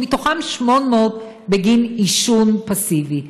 ומתוכם 800 בגין עישון פסיבי.